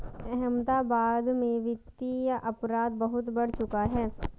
अहमदाबाद में वित्तीय अपराध बहुत बढ़ चुका है